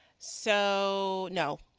so, no,